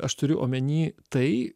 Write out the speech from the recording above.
aš turiu omeny tai